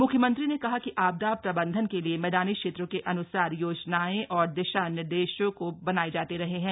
म्ख्यमंत्री ने कहा कि आपदा प्रबन्धन के लिए मैदानी क्षेत्रों के अन्सार योजनाएं और दिशा निर्देशों बनाये जाते रहे हैं